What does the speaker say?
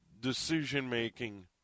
decision-making